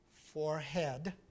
forehead